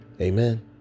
Amen